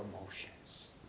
emotions